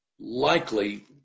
likely